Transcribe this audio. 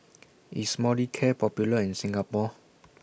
IS Molicare Popular in Singapore